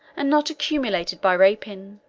and not accumulated by rapine.